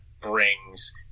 brings